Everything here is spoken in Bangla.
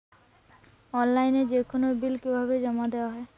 অনলাইনে যেকোনো বিল কিভাবে জমা দেওয়া হয়?